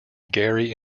gary